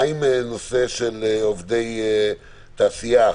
מה עם נושא של עובדי תעשייה,